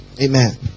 Amen